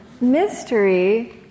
Mystery